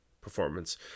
performance